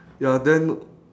ya then